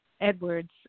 Edwards